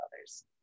others